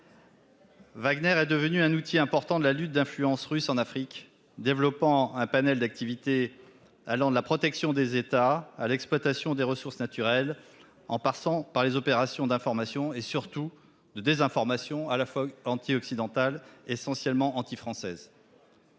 Wagner est devenu un outil important de la lutte d'influence russe en Afrique, en développant un panel d'activités allant de la protection des États à l'exploitation des ressources naturelles, en passant par les opérations d'information et, surtout, de désinformation anti-occidentales, essentiellement anti-françaises.